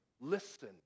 listen